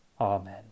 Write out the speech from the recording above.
Amen